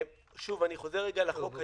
שוב, אני חוזר רגע לחוק היום.